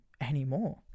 anymore